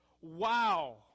Wow